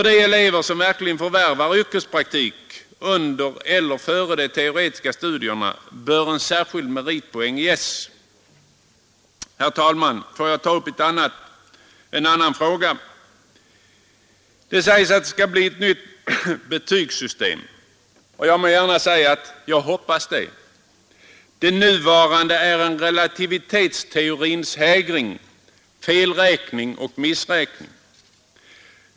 De elever som verkligen förvärvar yrkespraktik under eller före de teoretiska studierna bör få en särskild meritpoäng. Herr talman! Låt mig ta upp en annan fråga! Det sägs att det skall införas ett nytt betygssystem. Jag hoppas det. Det nuvarande är en relativitetsteorins hägring, felräkning och missräkning.